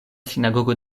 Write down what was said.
sinagogo